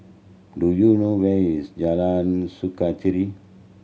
do you know where is Jalan Sukachita